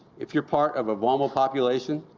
if you are part of a vulnerable population,